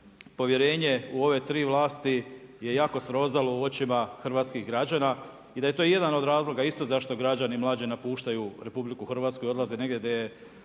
povjerenje u ove tri vlasti jako srozalo u očima hrvatskih građana, i da je to jedna od razloga isto zašto građani mlađi napuštaju RH i odlaze negdje gdje